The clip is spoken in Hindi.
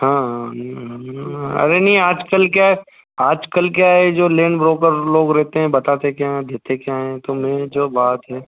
हाँ हाँ अरे नहीं आज कल क्या है आज कल क्या है जो लेन ब्रोकर लोग रहते हैं बताते क्या हैं और देते क्या हैं तो मैं जो बात है